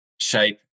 shape